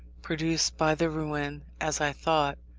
produced by the ruin, as i thought,